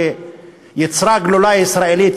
שייצרה גלולה ישראלית,